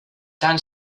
tant